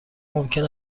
ممکن